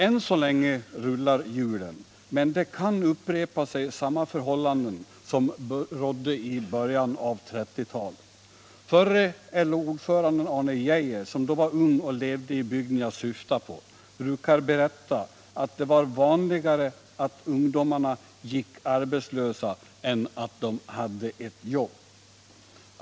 Än så länge rullar hjulen, men samma förhållanden kan upprepa sig som rådde i början av 1930-talet. Förre LO-ordföranden Arne Geijer, som då var ung och levde i bygden jag syftar på, brukar berätta att det var vanligare att ungdomarna gick arbetslösa än att de hade ett jobb.